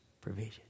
provision